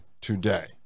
today